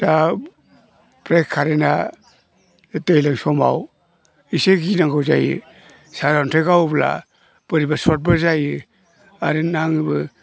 दा फ्राय कारेन्टआ बे दैज्लां समाव एसे गिनांगौ जायो सारन्थाय गावोब्ला बोरैबा शर्टबो जायो आरो नाङोबो